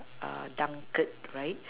dunkirk right